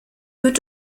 wird